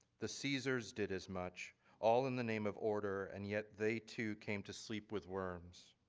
the caesars did as much all in the name of order, and yet they too came to sleep with worms.